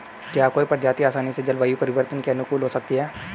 क्या कोई प्रजाति आसानी से जलवायु परिवर्तन के अनुकूल हो सकती है?